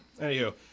Anywho